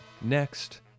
Next